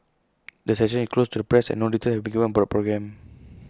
the session is closed to the press and no details have been given about programme